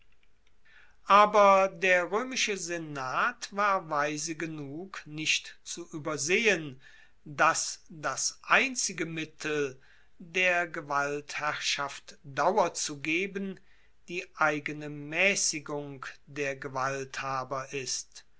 aber der roemische senat war weise genug nicht zu uebersehen dass das einzige mittel der gewaltherrschaft dauer zu geben die eigene maessigung der gewalthaber ist